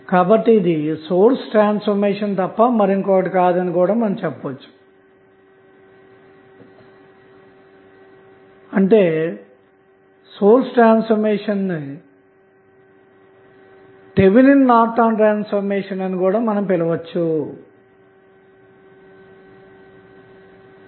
కాబట్టి ఇది source transformation తప్ప మరొకటి కాదని చెప్పవచ్చు కూడా ఆంతే కాకుండా సోర్స్ ట్రాన్స్ఫార్మేషన్ ను థెవెనిన్ నార్టన్ ట్రాన్స్ఫర్మేషన్ అని పిలవచ్చు కూడా